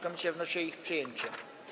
Komisja wnosi o ich przyjęcie.